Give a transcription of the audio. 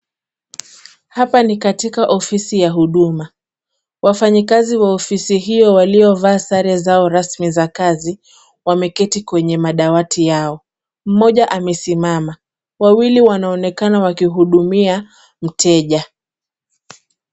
Hapa ni katika ofisi ya huduma. Wafanyikazi wa ofisi hiyo waliovaa sare zao rasmi za kazi, wameketi kwenye madawati yao. Mmoja amesimama. Wawili wanaonekana wakihudumia mteja.